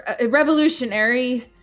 revolutionary